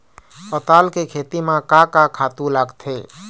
पताल के खेती म का का खातू लागथे?